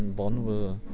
bonn will,